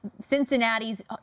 Cincinnati's